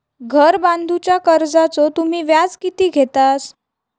घर बांधूच्या कर्जाचो तुम्ही व्याज किती घेतास?